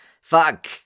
fuck